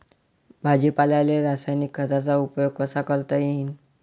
भाजीपाल्याले रासायनिक खतांचा उपयोग कसा करता येईन?